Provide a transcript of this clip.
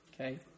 okay